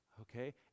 Okay